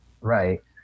Right